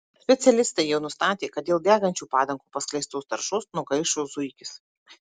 specialistai jau nustatė kad dėl degančių padangų paskleistos taršos nugaišo zuikis